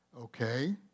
okay